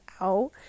out